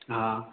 হ্যাঁ